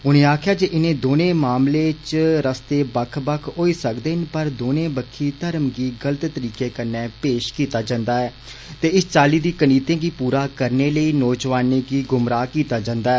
उनें आक्खेआ जे इनें दोनें मामलें च रस्ते बक्ख बक्ख होई सकदे न पर दोनें बक्खी धर्म गी गलत तरीके कन्नै पेष कीता जंदा ऐ ते इस चाल्ली दी कनीतें गी पूरा करने लेई नौजोआनें गी गुमराह कीता जंदा ऐ